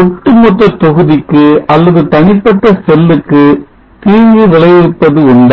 ஒட்டுமொத்த தொகுதிக்கு அல்லது தனிப்பட்ட செல்லுக்கு தீங்கு விளைவிப்பது உண்டா